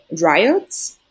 riots